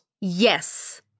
Yes